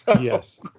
yes